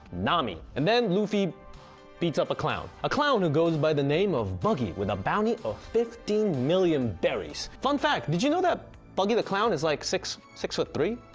nami and then luffy beats up a clown. a clown who goes by the name of, buggy with a bounty of fifteen million berries, fun fact, did you know buggy the clown is like six six foot three?